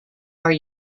are